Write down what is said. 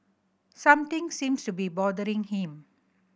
something seems to be bothering him